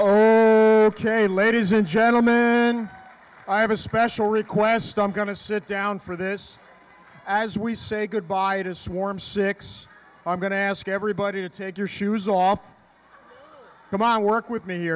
was ok ladies and gentlemen i have a special request i'm going to sit down for this as we say goodbye to swarm six i'm going to ask everybody to take your shoes off to my work with me